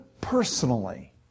personally